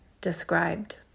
described